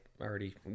already